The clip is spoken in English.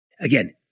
Again